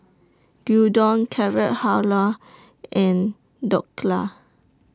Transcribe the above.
Gyudon Carrot Halwa and Dhokla